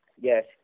yes